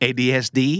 Adsd